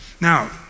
Now